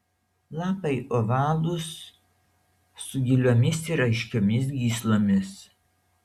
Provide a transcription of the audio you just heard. lapai ovalūs su giliomis ir aiškiomis gyslomis